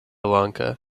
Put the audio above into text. lanka